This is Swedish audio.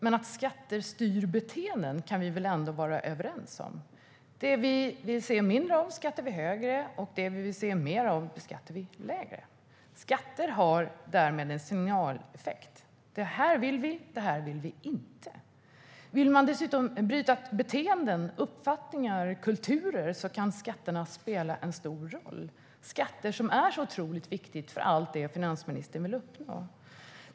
Men att skatter styr beteenden kan vi väl ändå vara överens om. Det vi vill se mindre av beskattar vi högre, och det vi vill se mer av beskattar vi lägre. Skatter har därmed en signaleffekt - det här vill vi, det här vill vi inte. Vill man dessutom bryta beteenden, uppfattningar och kulturer kan skatterna spela en stor roll. Skatterna är otroligt viktiga för allt det som finansministern vill uppnå.